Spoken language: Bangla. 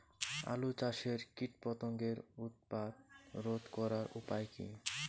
আলু চাষের কীটপতঙ্গের উৎপাত রোধ করার উপায় কী?